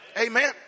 Amen